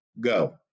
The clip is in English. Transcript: go